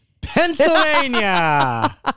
Pennsylvania